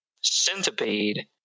Centipede